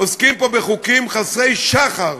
עוסקים פה בחוקים חסרי שחר,